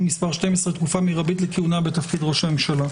מס' 12) (תקופה מרבית לכהונה בתפקיד ראש הממשלה.